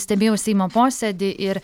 stebėjau seimo posėdį ir